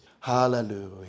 Hallelujah